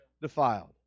defiled